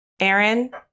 Aaron